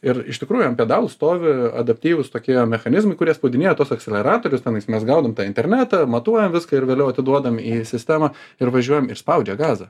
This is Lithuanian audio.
ir iš tikrųjų ant pedalų stovi adaptyvūs tokie mechanizmai kurie spaudinėja tuos akseleratorius tenais mes gaudom tą internetą matuojam viską ir vėliau atiduodam į sistemą ir važiuojam ir spaudžia gazą